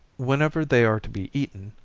whenever they are to be eaten,